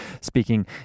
speaking